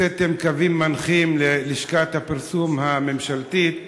הוצאתם קווים מנחים ללשכת הפרסום הממשלתית,